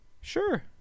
Sure